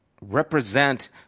represent